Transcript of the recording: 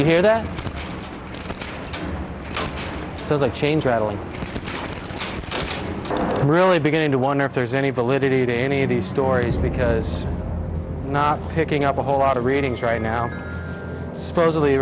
of here that doesn't change rattling really beginning to wonder if there's any validity to any of these stories because not picking up a whole lot of readings right now supposedly